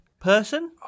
person